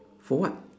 for what